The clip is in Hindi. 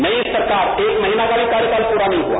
नई सरकार एक महीने का भी कार्यकाल पूरा नहीं हुआ